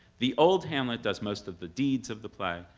the old hamlet does most of the deeds of the play,